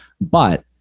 But-